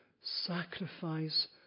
sacrifice